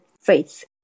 faith